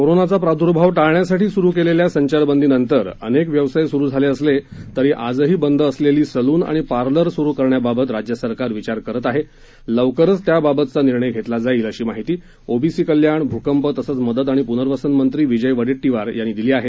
कोरोनाचा प्राद्भाव टाळण्यासाठी स्रु केलेल्या संचारबंदीनंतर अनेक व्यवसाय स्रु झाले असले तरी आजही बंद असलेले सलून आणि पार्लर सुरु करण्याबाबत राज्य सरकार विचार करत आहे लवकरच त्याबाबतचा निर्णय घेतला जाईल अशी माहिती ओबीसी कल्याण भूकंप तसंच मदत आणि प्नर्वसन मंत्री विजय वडेटटीवार यांनी दिली आहे